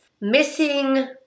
missing